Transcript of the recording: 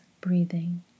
breathing